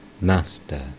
Master